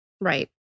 Right